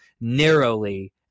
narrowly